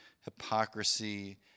hypocrisy